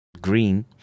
green